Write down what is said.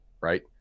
right